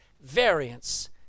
Variants